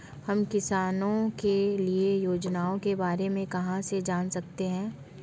हम किसानों के लिए योजनाओं के बारे में कहाँ से जान सकते हैं?